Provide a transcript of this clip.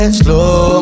slow